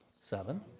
Seven